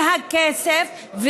מהכסף,